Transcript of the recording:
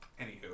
anywho